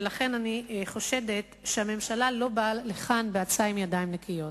ולכן אני חושדת שהממשלה לא באה לכאן עם ההצעה הזאת בידיים נקיות.